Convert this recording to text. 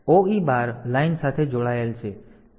OE bar line સાથે જોડાયેલ છે